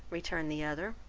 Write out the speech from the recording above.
returned the other,